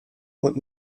und